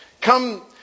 Come